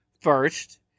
First